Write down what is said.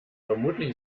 vermutlich